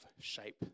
shape